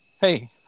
hey